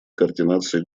координации